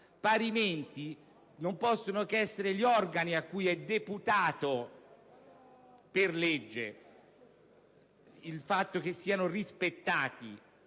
parimenti non possono che essere gli organi a cui è deputato per legge che siano rispettati